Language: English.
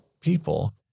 people